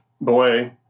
boy